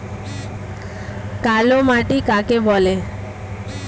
কালো মাটি কাকে বলে?